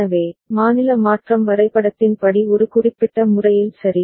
எனவே மாநில மாற்றம் வரைபடத்தின் படி ஒரு குறிப்பிட்ட முறையில் சரி